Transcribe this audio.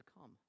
come